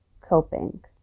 coping